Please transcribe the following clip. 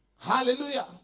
Hallelujah